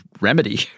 remedy